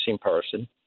person